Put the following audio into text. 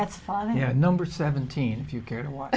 that's funny you know number seventeen if you care to watch